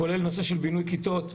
כולל נושא של בינוי כיתות.